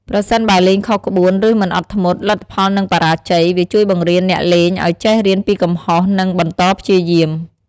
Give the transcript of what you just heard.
ប្រសិនបើលេងខុសក្បួន ឬមិនអត់ធ្មត់ លទ្ធផលនឹងបរាជ័យ វាជួយបង្រៀនអ្នកលេងឲ្យចេះរៀនពីកំហុស និងបន្តព្យាយាម។